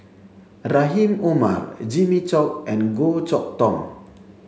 Rahim Omar Jimmy Chok and Goh Chok Tong